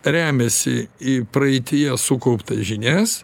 remiasi į praeityje sukauptas žinias